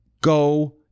go